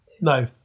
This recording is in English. No